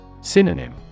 Synonym